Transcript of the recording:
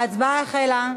ההצבעה החלה.